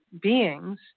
beings